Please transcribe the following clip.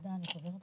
תודה רבה על